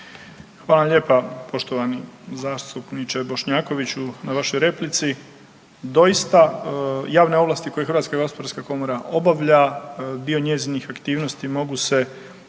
vam lijepa poštovani zastupniče Bošnjakoviću na vašoj replici. Doista javne ovlasti koje HGK obavlja, dio njezinih aktivnosti mogu se